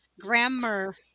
Grammar